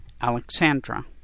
Alexandra